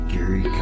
Gary